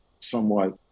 somewhat